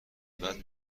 بعد